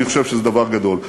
אני חושב שזה דבר גדול.